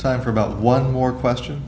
time for about one more question